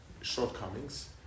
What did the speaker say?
shortcomings